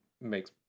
makes